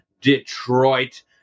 Detroit